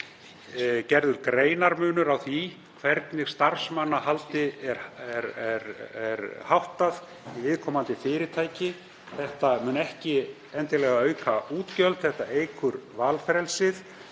gerður greinarmunur á því hvernig starfsmannahaldi er háttað í viðkomandi fyrirtæki. Þetta mun ekki endilega auka útgjöld, þetta eykur valfrelsið